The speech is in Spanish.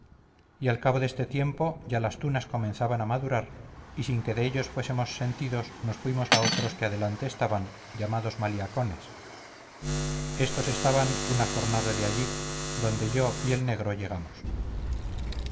y al cabo de este tiempo ya las tunas comenzaban a madurar y sin que de ellos fuésemos sentidos nos fuimos a otros que adelante estaban llamados maliacones éstos estaban una jornada de allí donde yo y el negro llegamos